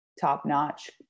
top-notch